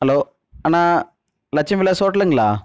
hello அண்ணா லட்சுமி விலாஸ் ஹோட்டலுங்களா